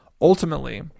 Ultimately